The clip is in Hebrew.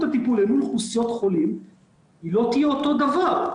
הטיפול למול אוכלוסיות חולים לא תהיה אותו דבר.